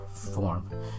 Form